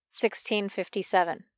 1657